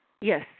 Yes